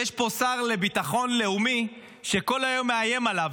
יש פה שר לביטחון לאומי שכל היום מאיים עליו.